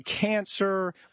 cancer